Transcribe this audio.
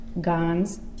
guns